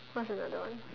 what's the another one